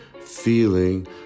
feeling